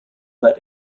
that